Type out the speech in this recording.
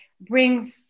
bring